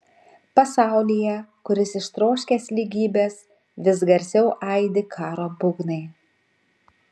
pasaulyje kuris ištroškęs lygybės vis garsiau aidi karo būgnai